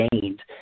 gained